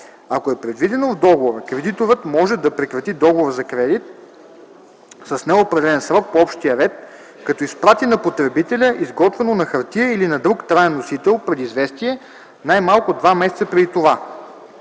Ако е предвидено в договора, кредиторът може да прекрати договора за кредит с неопределен срок по общия ред, като изпрати на потребителя изготвено на хартиен или на друг траен носител предизвестие най-малко два месеца преди това.